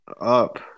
up